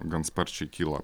gan sparčiai kyla